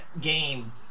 game